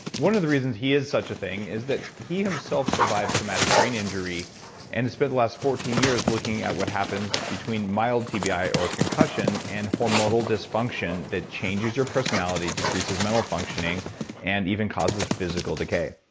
one of the reasons he is such a thing is that he himself survived traumatic brain injury and spent the last fourteen years looking at what happens between mild tbi or concussion and hormonal dysfunction that changes your personality, decreases mental functioning and even causes physical decay.